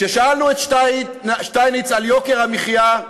כששאלנו את שטייניץ על יוקר המחיה,